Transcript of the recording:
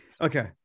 Okay